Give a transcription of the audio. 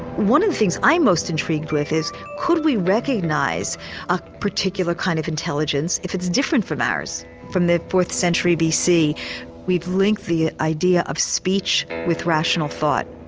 one of the things that i'm most intrigued with is could we recognise a particular kind of intelligence if it's different from ours. from the fourth century bc we've linked the idea of speech with rational thought,